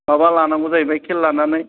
माबा लानांगौ जाहैबाय खेल लानानै